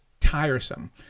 tiresome